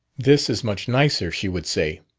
this is much nicer, she would say.